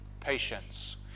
patience